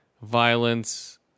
violence